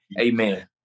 Amen